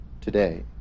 today